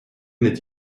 n’est